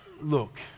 look